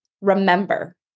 remember